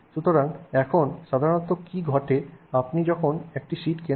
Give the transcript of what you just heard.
সুতরাং এখন সাধারণত কি ঘটে আপনি যখন একটি শীট কেনেন